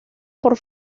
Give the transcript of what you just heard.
por